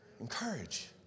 Encourage